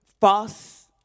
false